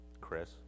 Chris